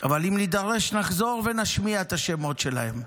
אבל אם נידרש, נחזור ונשמיע את השמות שלהם,